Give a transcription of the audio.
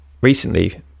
recently